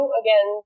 again